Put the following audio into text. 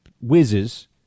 whizzes